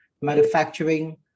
manufacturing